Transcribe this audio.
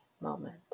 moment